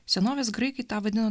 senovės graikai tą vadino